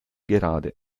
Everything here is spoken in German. gerade